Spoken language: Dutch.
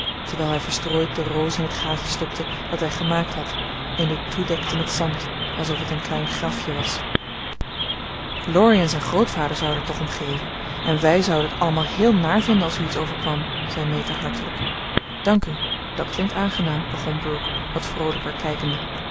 terwijl hij verstrooid de roos in het gaatje stopte dat hij gemaakt had en dit toedekte met zand alsof het een klein grafje was laurie en zijn grootvader zouden er toch om geven en wij zouden t allemaal heel naar vinden als u iets overkwam zei meta hartelijk dank u dat klinkt aangenaam begon brooke wat vroolijker kijkende